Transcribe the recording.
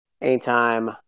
anytime